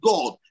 God